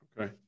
Okay